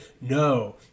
no